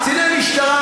קציני משטרה,